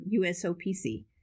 USOPC